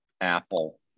Apple